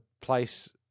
place